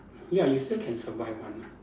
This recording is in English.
ya you still can survive one lah